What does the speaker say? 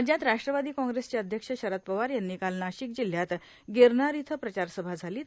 राज्यात राष्ट्रवादां कॉग्रेसचे अध्यक्ष शरद पवार यांची काल नाांशक जिल्ह्यात गिरनार इथं प्रचारसभा झालों